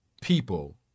people